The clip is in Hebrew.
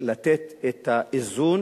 לתת את האיזון,